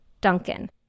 Duncan